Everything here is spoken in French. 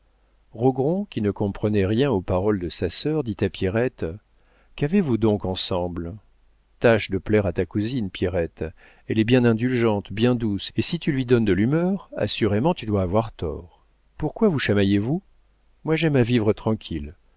rogron qui ne comprenait rien aux paroles de sa sœur dit à pierrette qu'avez-vous donc ensemble tâche de plaire à ta cousine pierrette elle est bien indulgente bien douce et si tu lui donnes de l'humeur assurément tu dois avoir tort pourquoi vous chamaillez vous moi j'aime à vivre tranquille